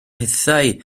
hithau